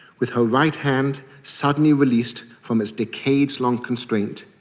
with her right hand suddenly released from its decades-long constraint,